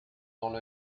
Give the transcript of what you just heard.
dans